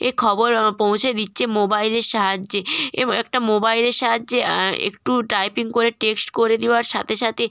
এ খবর পৌঁছে দিচ্ছে মোবাইলের সাহায্যে এরম একটা মোবাইলের সাহায্যে একটু টাইপিং করে টেক্সট করে দেওয়ার সাথে সাথে